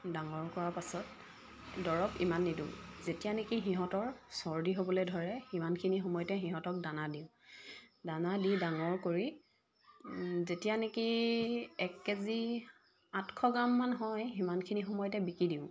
ডাঙৰ কৰাৰ পাছত দৰৱ ইমান নিদিওঁ যেতিয়া নেকি সিহঁতৰ চৰ্দি হ'বলৈ ধৰে সিমানখিনি সময়তে সিহঁতক দানা দিওঁ দানা দি ডাঙৰ কৰি যেতিয়া নেকি এক কেজি আঠশ গ্ৰাম মান হয় সিমানখিনি সময়তে বিকি দিওঁ